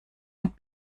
und